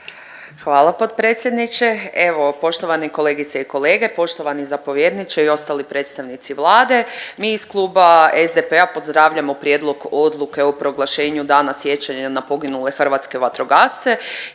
Hvala potpredsjedniče. Evo, poštovani kolegice i kolege, poštovani zapovjedniče i ostali predstavnici Vlade, mi iz kluba SDP-a pozdravljamo prijedlog odluke o proglašenju dana sjećanja na poginule hrvatske vatrogasce